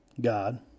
God